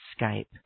Skype